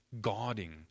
guarding